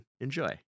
Enjoy